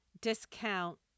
discount